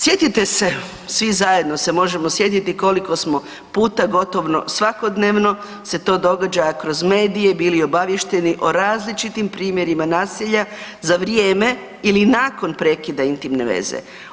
Sjetite se, svi zajedno se možemo sjetiti koliko smo puta gotovo svakodnevno se to događa kroz medije bili obaviješteni o različitim primjerima nasilja za vrijeme ili nakon prekida intimne veze.